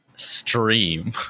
stream